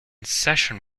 session